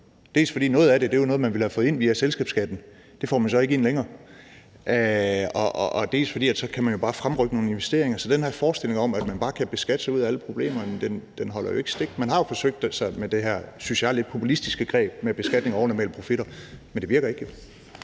dels fordi noget af det er noget, man ville have fået ind via selskabsskatten, og det får man så ikke ind længere, dels fordi man jo så bare kan fremrykke nogle investeringer. Så den her forestilling om, at man bare kan beskatte sig ud af alle problemer, holder jo ikke. Man har forsøgt sig med det her, synes jeg, lidt populistiske greb med beskatning af overnormale profitter, men det virker ikke.